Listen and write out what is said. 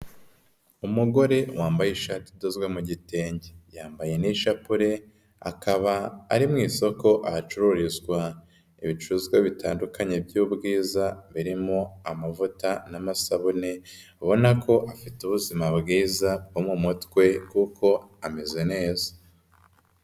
Umugore wambaye ishati idozwe mu gitenge, yambaye n'ishapure akaba ari mu isoko ahacururizwa ibicuruzwa bitandukanye by'ubwiza birimo amavuta n'amasabune, ubona ko afite ubuzima bwiza bwo mu mutwe kuko ameze neza.